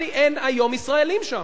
אין היום ישראלים שם.